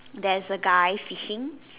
there's a guy fishing